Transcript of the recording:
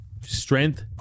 strength